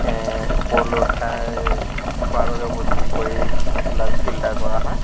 ওপৰলৈ উঠাই খোৱাৰ বাবে উপযোগী কৰি তুলা ফিল্টাৰ কৰা হয়